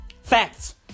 Facts